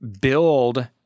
build